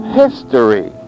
history